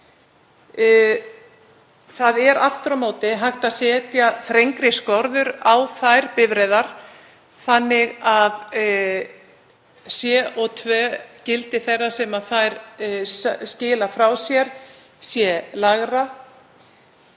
Það er aftur á móti hægt að setja þrengri skorður á þær bifreiðar þannig að CO2-gildi þeirra sem þær skila frá sér sé lægra.